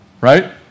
right